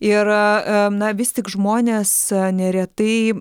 ir na vis tik žmonės neretai